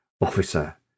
officer